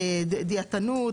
דיאטיות,